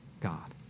God